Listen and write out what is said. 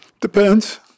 Depends